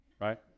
right